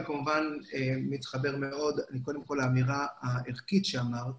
אני כמובן מתחבר מאוד לאמירה הערכית שאמרת